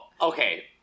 Okay